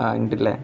ആ ഉണ്ടല്ലേ